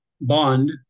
bond